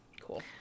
Cool